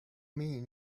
mean